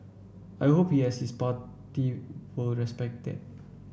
I hope he and his party will respect that